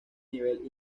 nivel